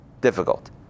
difficult